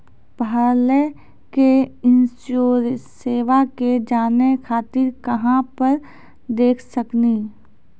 पहले के इंश्योरेंसबा के जाने खातिर कहां पर देख सकनी?